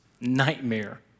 nightmare